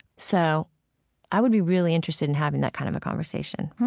so i would be really interested in having that kind of a conversation